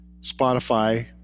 Spotify